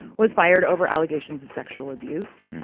was fired over allegations of sexual abuse.